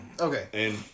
Okay